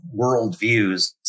worldviews